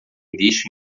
lixo